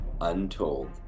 untold